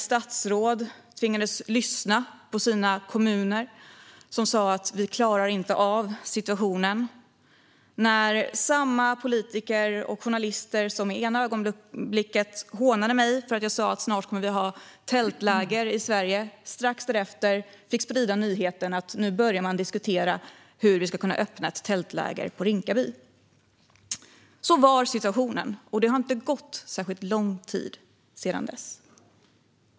Statsråd tvingades lyssna på kommunerna som sa: "Vi klarar inte av situationen." Samma politiker och journalister som i ena ögonblicket hånade mig när jag sa att vi snart kommer att ha tältläger i Sverige fick strax därefter sprida nyheten att man börjat diskutera hur man skulle kunna öppna ett tältläger på Rinkaby. Sådan var situationen, och det har inte gått särskilt lång tid sedan dess.